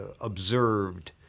observed